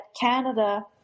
Canada